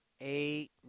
eight